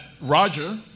Roger